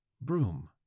Broom